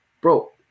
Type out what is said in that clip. Bro